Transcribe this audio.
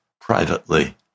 privately